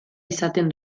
izaten